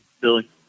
billy